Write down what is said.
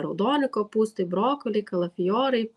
raudoni kopūstai brokoliai kalafijorai